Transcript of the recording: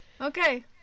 okay